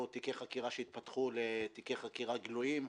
תיקי חקירה שהתפתחו לתיקי חקירה גלויים.